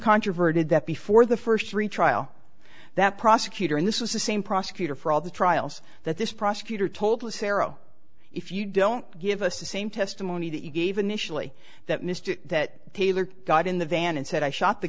uncontroverted that before the first three trial that prosecutor and this is the same prosecutor for all the trials that this prosecutor told lazaro if you don't give us the same testimony that you gave initially that mr that taylor got in the van and said i shot the